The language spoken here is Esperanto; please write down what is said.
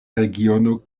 regiono